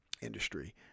industry